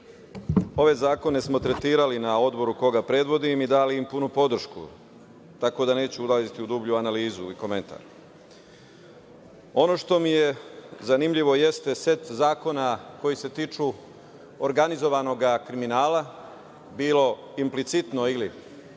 ove zakone smo tretirali na Odboru koga predvodim i dali im punu podršku, tako da neću ulaziti u dublju analizu i komentar. Ono što mi je zanimljivo, to je set zakona koji se tiču organizovanog kriminala, bilo implicitno ili